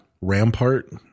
Rampart